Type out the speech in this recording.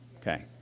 Okay